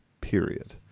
period